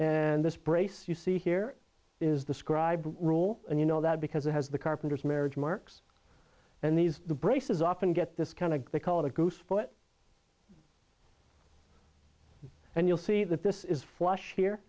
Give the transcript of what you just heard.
and this brace you see here is the scribe rule and you know that because it has the carpenter's marriage marks and these braces off and get this kind of they call it a glue split and you'll see that this is flush here